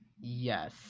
yes